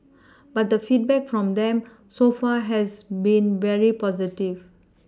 but the feedback from them so far has been very positive